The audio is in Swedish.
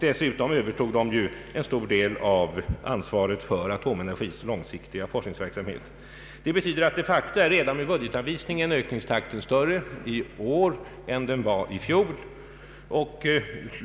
Dessutom övertog styrelsen en stor del av Atomenergis långsiktiga forskningsverksamhet. Det betyder att de facto är redan vid budgetanvisning en ökningstakten större i år än den var i fjol.